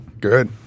Good